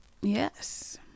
Yes